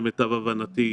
למיטב הבנתי,